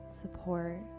support